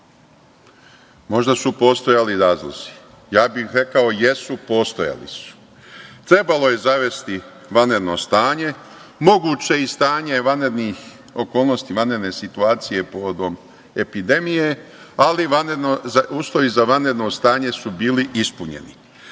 možda su postojali razlozi. Ja bih rekao - jesu, postojali su. Trebalo je zavesti vanredno stanje, moguće i stanje vanrednih okolnosti, vanredne situacije povodom epidemije, ali uslovi za vanredno stanje su bili ispunjeni.